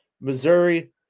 Missouri